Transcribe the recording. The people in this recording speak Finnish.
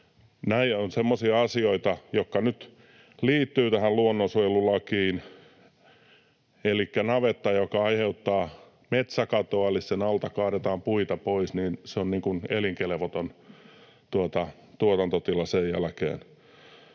nämä ovat semmoisia asioita, jotka nyt liittyvät tähän luonnonsuojelulakiin. Elikkä navetta, joka aiheuttaa metsäkatoa, kun sen alta kaadetaan puita pois, on niin kuin elinkelvoton tuotantotila sen jälkeen.